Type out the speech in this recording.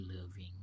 loving